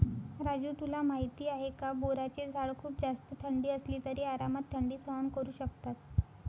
राजू तुला माहिती आहे का? बोराचे झाड खूप जास्त थंडी असली तरी आरामात थंडी सहन करू शकतात